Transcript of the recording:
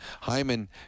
Hyman